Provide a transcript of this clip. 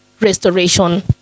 restoration